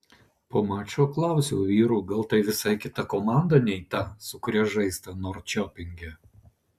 po mačo klausiau vyrų gal tai visai kita komanda nei ta su kuria žaista norčiopinge